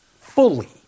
fully